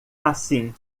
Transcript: assim